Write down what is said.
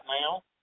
now